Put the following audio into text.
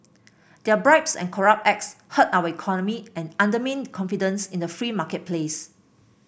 their bribes and corrupt acts hurt our economy and undermine confidence in the free marketplace